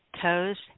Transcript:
Toes